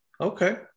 okay